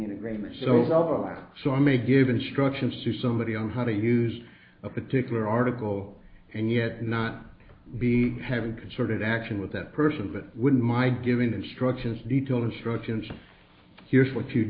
an agreement so is overlap so i may give instructions to somebody on how to use a particular article and yet not be having concerted action with that person but with my giving instructions detailed instructions here's what you